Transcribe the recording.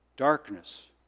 Darkness